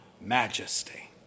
majesty